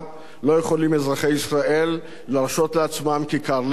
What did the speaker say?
לא יכולים אזרחי ישראל להרשות לעצמם כיכר לחם,